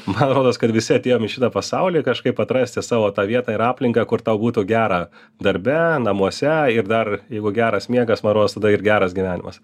man rodos kad visi atėjom į šitą pasaulį kažkaip atrasti savo tą vietą ir aplinką kur tau būtų gera darbe namuose ir dar jeigu geras miegas man rodos tada ir geras gyvenimas